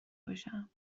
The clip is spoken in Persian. باشم